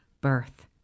birth